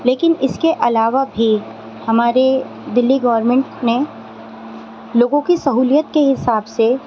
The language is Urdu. لیکن اس کے علاوہ بھی ہمارے دہلی گورنمنٹ نے لوگوں کی سہولت کے حساب سے